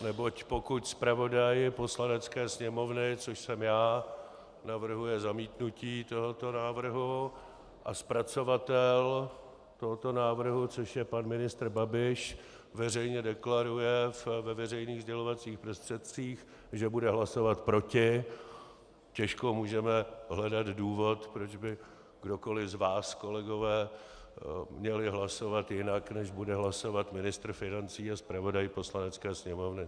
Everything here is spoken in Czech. Neboť pokud zpravodaj Poslanecké sněmovny, což jsem já, navrhuje zamítnutí tohoto návrhu a zpracovatel tohoto návrhu, což je pan ministr Babiš, veřejně deklaruje ve veřejných sdělovacích prostředcích, že bude hlasovat proti, těžko můžeme hledat důvod, proč by kdokoli z vás, kolegové, měl hlasovat jinak, než bude hlasovat ministr financí a zpravodaj Poslanecké sněmovny.